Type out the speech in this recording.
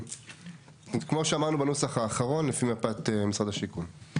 וכמו שאמרנו בנוסח האחרון לפי מפת משרד השיכון.